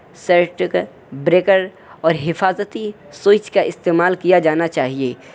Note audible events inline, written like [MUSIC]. [UNINTELLIGIBLE] breaker اور حفاظتی switch کا استعمال کیا جانا چاہیے